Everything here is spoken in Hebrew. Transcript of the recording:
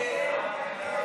נגד?